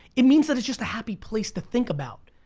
it means that it's just a happy place to think about.